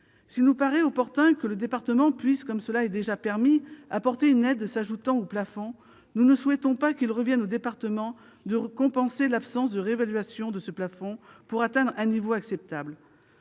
S'il nous paraît opportun que le département puisse, comme cela est déjà permis, apporter une aide s'ajoutant au plafond, nous ne souhaitons pas qu'il revienne aux départements de compenser l'absence de réévaluation de ce plafond pour atteindre un niveau acceptable.